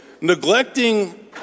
neglecting